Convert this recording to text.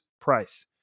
price